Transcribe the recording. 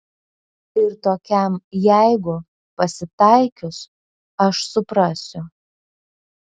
ir tokiam jeigu pasitaikius aš suprasiu